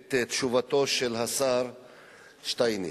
את תשובתו של השר שטייניץ.